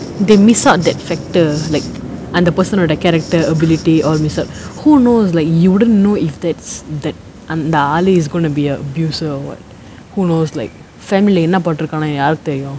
they miss out that factor like அந்த:antha person ஓட:oda character ability or missal who knows like you wouldn't know if that's that அந்த ஆள்:antha aal is gonna be abuser [what] who knows like family என்ன போட்டிருக்கானோ யாருக்கு தெரியும்:enna pottirukkaano yaarukku theriyum